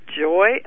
joy